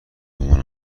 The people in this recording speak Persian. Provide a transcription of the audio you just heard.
مامان